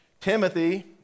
Timothy